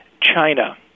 China